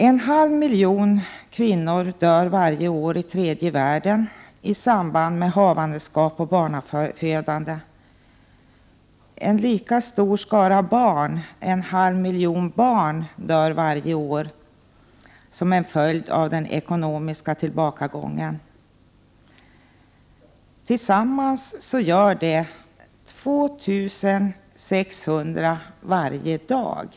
En halv miljon kvinnor i tredje världen dör varje år i samband med havandeskap och barnafödande. Ett lika stort antal — en halv miljon — barn dör varje år som en följd av den ekonomiska tillbakagången. Tillsammans gör det 2 600 personer varje dag.